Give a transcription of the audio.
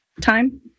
time